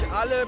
alle